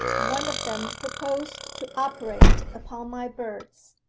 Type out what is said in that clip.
one of them proposed to operate upon my birds.